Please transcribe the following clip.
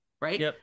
Right